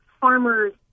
farmers